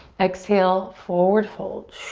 exhale, forward fold.